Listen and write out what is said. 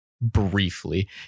briefly